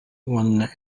уонна